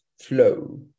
flow